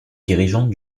dirigeante